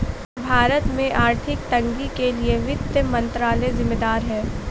भारत में आर्थिक तंगी के लिए वित्त मंत्रालय ज़िम्मेदार है